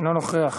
אינו נוכח.